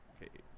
Okay